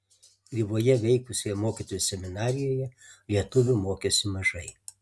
gryvoje veikusioje mokytojų seminarijoje lietuvių mokėsi mažai